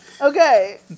Okay